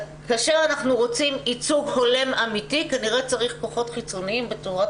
כאשר אנחנו רוצים ייצוג הולם אמיתי כנראה צריך כוחות חיצוניים בצורת